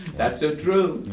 that's ah true.